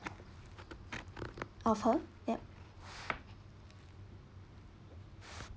of her yup